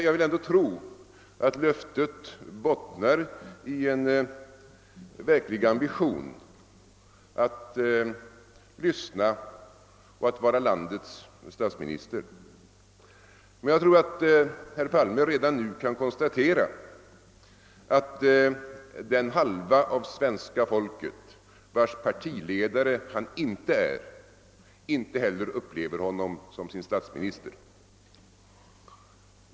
Jag vill ändå tro att löftet bottnar i en verklig ambition att lyssna och att vara landets statsminister. Herr Palme torde redan nu kunna konstatera att den halva av svenska folket, vars partiledare han inte är, inte heller upplever honom som sin statsminister.